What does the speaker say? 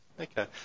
Okay